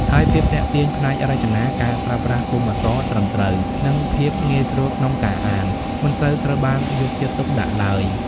ហើយភាពទាក់ទាញផ្នែករចនា ការប្រើប្រាស់ពុម្ពអក្សរត្រឹមត្រូវ និងភាពងាយស្រួលក្នុងការអាន មិនសូវត្រូវបានយកចិត្តទុកដាក់ឡើយ។